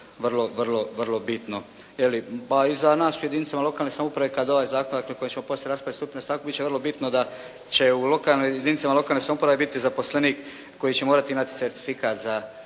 vrlo, vrlo, vrlo bitno je li. Pa i za nas u jedinicama lokalne samouprave kad ovaj zakon dakle koji ćemo poslije raspraviti stupi na snagu bit će vrlo bitno da će u lokalnoj, jedinicama lokalne samouprave biti zaposlenik koji će morati naći certifikat za